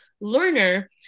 learner